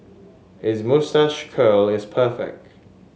his moustache curl is perfect